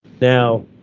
Now